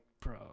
bro